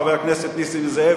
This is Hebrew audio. חבר הכנסת נסים זאב,